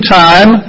time